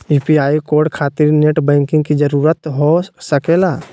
UPI code खातिर net banking की जरूरत हो सके ला?